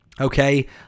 okay